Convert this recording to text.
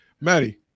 Maddie